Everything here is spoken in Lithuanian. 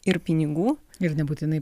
ir pinigų ir nebūtinai